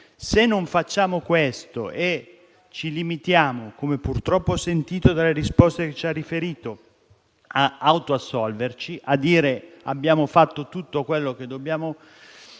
Se non facciamo questo e ci limitiamo - come purtroppo ho sentito dalle risposte che ci ha riferito - ad autoassolverci e a dire che abbiamo fatto tutto quello che dovevamo